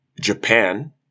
Japan